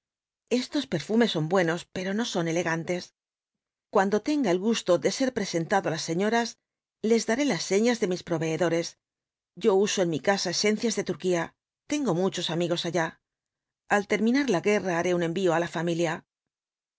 estos perfumes son buenos pero no son elegantes cuando tenga el gusto de ser presentado á las señoras les daré las señas de mis proveedores yo uso en mi casa esencias de turquía tengo muchos amigos allá al terminar la guerra haré un envío á la familia